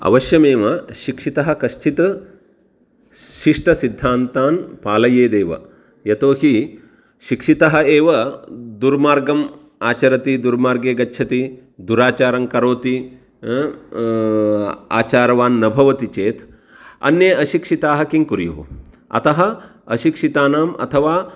अवश्यमेव शिक्षितः कश्चित् शिष्टसिद्धान्तान् पालयेदेव यतोहि शिक्षितः एव दुर्मागम् आचरति दुर्मार्गे गच्छति दुराचारं करोति आचारवान् न भवति चेत् अन्ये अशिक्षिताः किं कुर्युः अतः अशिक्षितानाम् अथवा